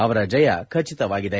ಅವರ ಜಯ ಖಚಿತವಾಗಿದೆ